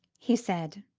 he said.